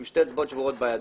עם שתי אצבעות שבורות בידיים,